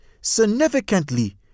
significantly